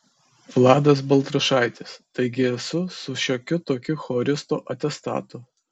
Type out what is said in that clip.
vladas baltrušaitis taigi esu su šiokiu tokiu choristo atestatu